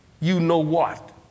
you-know-what